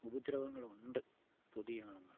ഉപദ്രവങ്ങളുണ്ട് പുതിയ ആണുങ്ങൾക്ക്